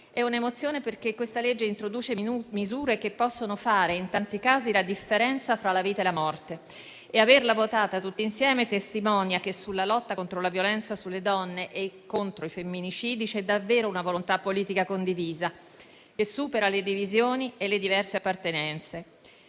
È un'emozione perché questa legge introduce misure che possono fare, in tanti casi, la differenza fra la vita e la morte. Averla votata tutti insieme testimonia che, sulla lotta contro la violenza sulle donne e contro i femminicidi, c'è davvero una volontà politica condivisa, che supera le divisioni e le diverse appartenenze.